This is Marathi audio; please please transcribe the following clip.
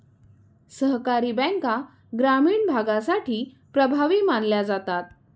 सहकारी बँका ग्रामीण भागासाठी प्रभावी मानल्या जातात